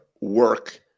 work